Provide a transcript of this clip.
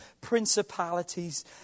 principalities